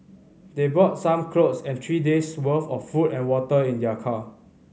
they brought some clothes and three day's worth of food and water in their car